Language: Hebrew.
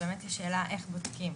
באמת השאלה איך בודקים.